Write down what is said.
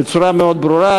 בצורה מאוד ברורה.